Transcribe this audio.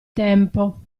tempo